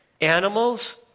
animals